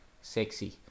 sexy